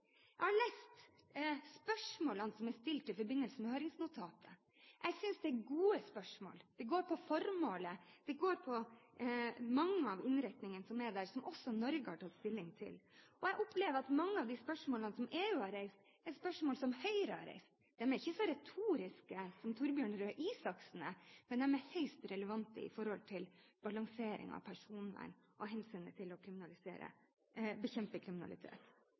Jeg har lest spørsmålene som er stilt i forbindelse med høringsnotatet. Jeg synes det er gode spørsmål. De går på formålet. De går på mange av innretningene som er der som også Norge har tatt stilling til. Jeg opplever at mange av de spørsmålene som EU har reist, er spørsmål som Høyre har reist. De er ikke så retoriske som Torbjørn Røe Isaksens, men de er høyst relevante når det gjelder balansering av personvern og hensynet til å bekjempe kriminalitet.